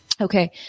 Okay